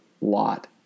lot